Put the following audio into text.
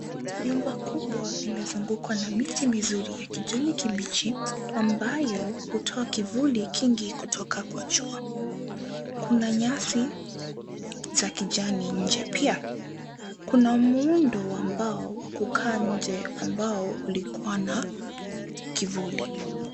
Nyumba kubwa imezungukwa na miti mizuri ya kijani kibichi ambayo hutoa kivuli kingi kutoka kwa jua. Kuna nyasi za kijani nje pia. Kuna muundo wa mbao wa kukaa nje ambao ulikua na kivuli.